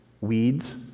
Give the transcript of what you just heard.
weeds